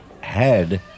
head